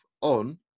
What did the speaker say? on